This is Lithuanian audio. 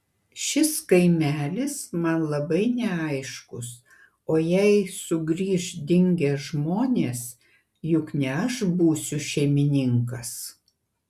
šis kaimelis man labai neaiškus o jei sugrįš dingę žmonės juk ne aš būsiu šeimininkas